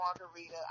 margarita